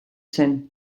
zen